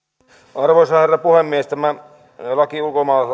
arvoisa herra puhemies tämä laki